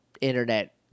internet